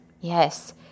Yes